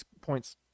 points